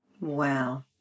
Wow